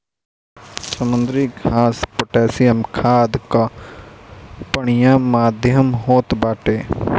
समुद्री घास पोटैशियम खाद कअ बढ़िया माध्यम होत बाटे